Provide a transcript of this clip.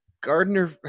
Gardner